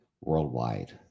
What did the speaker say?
worldwide